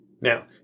Now